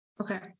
Okay